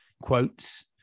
quotes